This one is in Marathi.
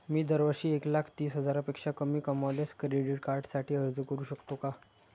मी दरवर्षी एक लाख तीस हजारापेक्षा कमी कमावल्यास क्रेडिट कार्डसाठी अर्ज करू शकतो का?